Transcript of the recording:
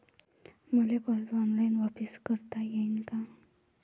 मले कर्ज ऑनलाईन वापिस करता येईन का?